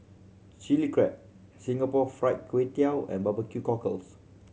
Chilli Crab Singapore Fried Kway Tiao and barbecue cockles